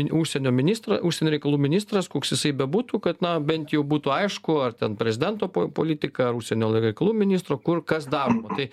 užsienio ministrą užsienio reikalų ministras koks jisai bebūtų kad na bent jau būtų aišku ar ten prezidento po politika ar užsienio reikalų ministro kur kas daroma tai